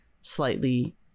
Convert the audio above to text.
slightly